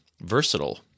versatile